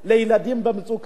אצל ילדים במצוקה,